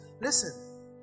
listen